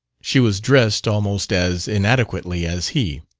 she was dressed almost as inadequately as he,